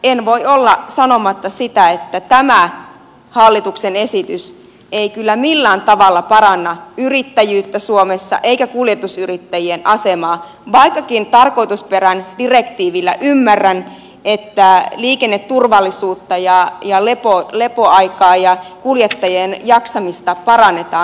en voi olla sanomatta sitä että tämä hallituksen esitys ei kyllä millään tavalla paranna yrittäjyyttä suomessa eikä kuljetusyrittäjien asemaa vaikkakin direktiivin tarkoitusperän ymmärrän että liikenneturvallisuutta ja lepoaikaa ja kuljettajien jaksamista parannetaan